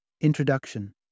Introduction